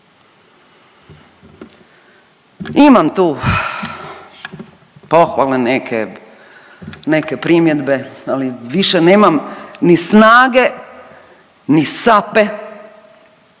Imam tu pohvale neke, neke primjedbe, ali više nemam ni snage, ni sape,